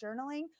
journaling